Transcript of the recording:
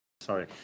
Sorry